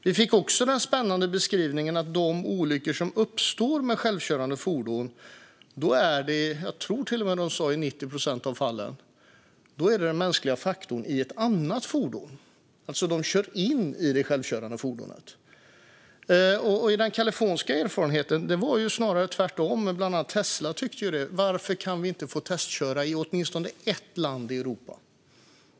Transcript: Vi fick också den spännande beskrivningen att det vid olyckor med självkörande fordon i 90 procent av fallen är den mänskliga faktorn i ett annat fordon som är orsaken. Det är alltså människor som kör in i det självkörande fordonet. Den kaliforniska erfarenheten var ju snarare tvärtom - bland annat tyckte Tesla det - nämligen: Varför kan vi inte få testköra i åtminstone ett land i Europa?